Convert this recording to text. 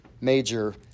major